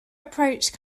approach